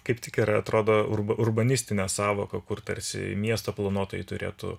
kaip tik ir atrodo urba urbanistinė sąvoka kur tarsi miesto planuotojai turėtų